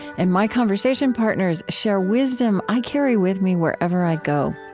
and my conversation partners share wisdom i carry with me wherever i go.